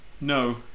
No